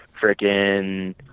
freaking